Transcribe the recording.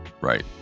right